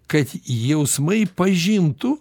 kad jausmai pažintų